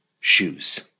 shoes